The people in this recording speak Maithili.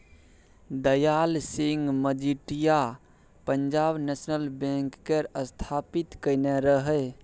दयाल सिंह मजीठिया पंजाब नेशनल बैंक केर स्थापित केने रहय